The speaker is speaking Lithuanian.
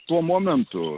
tuo momentu